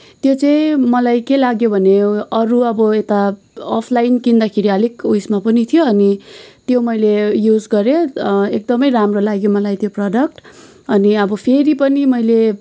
त्यो चाहिँ मलाई के लाग्यो भने यो अरू अब यता अफलाइन किन्दाखेरि अलिक उसमा पनि थियो अनि त्यो मैले युज गरेँ अँ एकदमै राम्रो लाग्यो मलाई त्यो प्रडक्ट अनि अब फेरि पनि मैले